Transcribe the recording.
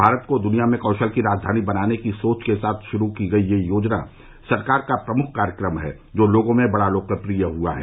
भारत को दुनिया में कौशल की राजधानी बनाने की सोच के साथ शुरू की गई यह योजना सरकार का प्रमुख कार्यक्रम है जो लोगों में बड़ा लोकप्रिय हुआ है